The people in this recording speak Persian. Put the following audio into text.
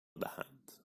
دهند